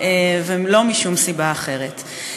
ולא משום סיבה אחרת.